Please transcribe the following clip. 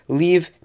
leave